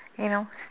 you know